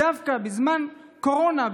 דווקא בזמן קורונה,